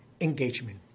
engagement